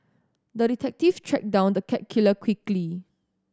the detective tracked down the cat killer quickly